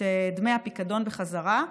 את דמי הפיקדון בחזרה,